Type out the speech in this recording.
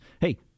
hey